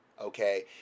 Okay